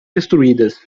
destruídas